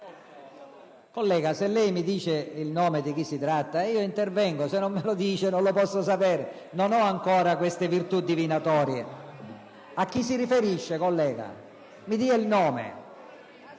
Collega, se lei mi dice di chi si tratta, io intervengo; se non me lo dice, non lo posso sapere, non ho ancora queste virtù divinatorie. A chi si riferisce, collega? Mi dica il nome.